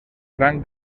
gran